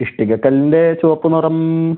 ഇഷ്ടികക്കല്ലിന്റെ ചുവപ്പ് നിറം